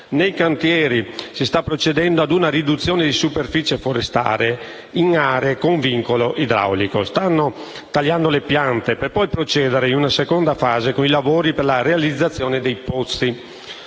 Nei cantieri si sta procedendo a una riduzione di superficie forestale in aree con vincolo idraulico. Stanno tagliando le piante per poi procedere, in una seconda fase, con i lavori per la realizzazione dei pozzi.